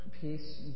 peace